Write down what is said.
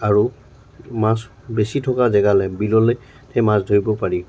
আৰু মাছ বেছি থকা জেগালৈ বিললৈ সেই মাছ ধৰিব পাৰি